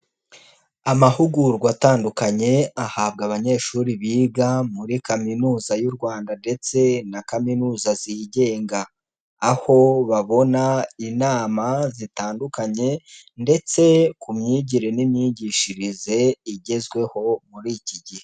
Amahugurwa atandukanye ahabwa abanyeshuri biga muri Kaminuza y'u Rwanda ndetse na kaminuza zigenga, aho babona inama zitandukanye ndetse ku myigire n'imyigishirize igezweho muri iki gihe.